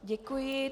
Děkuji.